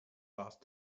last